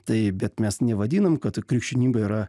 tai bet mes nevadinam kad krikščionybė yra